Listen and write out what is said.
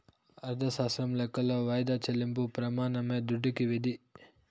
అర్ధశాస్త్రం లెక్కలో వాయిదా చెల్లింపు ప్రెమానమే దుడ్డుకి విధి